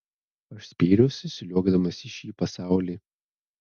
aš spyriausi sliuogdamas į šį pasaulį